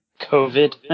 COVID